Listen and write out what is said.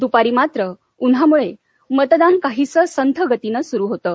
दुपारी मात्र उन्हामुळे मतदान काहीसं संथगतीनं सुरू होतं